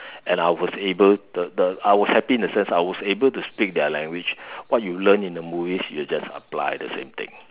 and I was I was able the the I was happy in a sense that I was able to speak their language what you learn in the movies you just apply the same thing